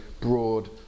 broad